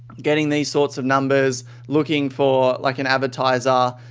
getting these sorts of numbers looking for like an advertiser,